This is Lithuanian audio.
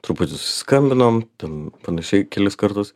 truputį susiskambinom ten panašiai kelis kartus